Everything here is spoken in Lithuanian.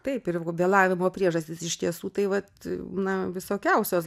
taip ir vėlavimo priežastys iš tiesų tai vat na visokiausios